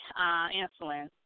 insulin